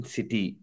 City